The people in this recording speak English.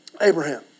Abraham